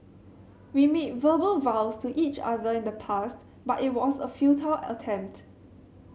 we made verbal vows to each other in the past but it was a futile attempt